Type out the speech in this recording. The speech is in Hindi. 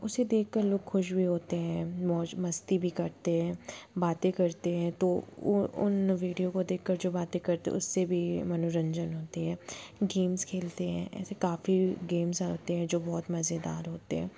उसे देख कर लोग ख़ुश भी होते हैं मौज मस्ती भी करते हैं बाते करते हैं तो वो उन वीडियो को देख कर जो बातें करते उससे भी मनोरंजन होता है गेम्स खेलते हैं ऐसे काफ़ी गेम्स आते हैं जो बहुत मज़ेदार होते हैं